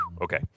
Okay